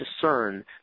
discern